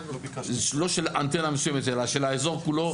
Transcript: לא של אנטנה מסוימת אלא של האזור כולו.